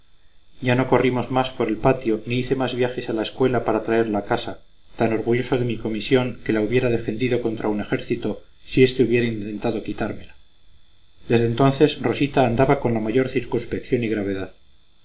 ya no corrimos más por el patio ni hice más viajes a la escuela para traerla a casa tan orgulloso de mi comisión que la hubiera defendido contra un ejército si éste hubiera intentado quitármela desde entonces rosita andaba con la mayor circunspección y gravedad